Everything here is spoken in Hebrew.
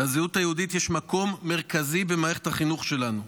לזהות היהודית יש מקום מרכזי במערכת החינוך שלנו.